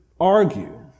argue